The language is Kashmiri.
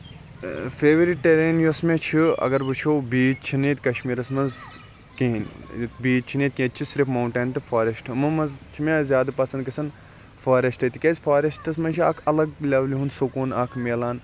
فیورِٹ ٹیرین یۄس مےٚ چھِ اَگَر وٕچھو بیٖچ چھِنہٕ ییٚتہِ کَشمیٖرَس مَنٛز کِہِینۍ بیٖچ چھِنہٕ ییٚتہِ کینٛہہ ییٚتہِ چھِ صرف ماوُنٹین تہٕ فاریٚسٹ یِمو مَنٛز چھ مےٚ زیادٕ پَسَنٛد گَژھان فاریٚسٹاے تکیاز فاریٚسٹَس مَنٛز چھُ اکھ اَلگٕے لیولہِ ہُنٛد سکوٗن اکھ میلان